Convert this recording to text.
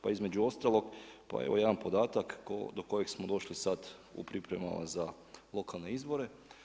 Pa između ostalog, pa evo jedan podatak do kojeg smo došli sad u pripremama za lokalne izbore.